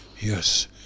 Yes